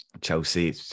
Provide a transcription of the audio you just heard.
Chelsea